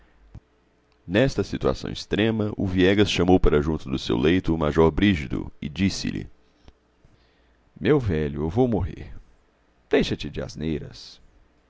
nesta situação extrema o viegas chamou para junto do seu leito o major erigido e disse-lhe meu velho eu vou morrer deixa-te de asneiras